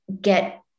get